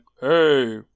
Hey